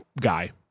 guy